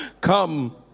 come